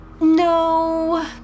No